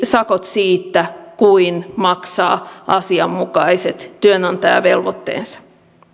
sakot siitä kuin maksaa asianmukaiset työnantajavelvoitteensa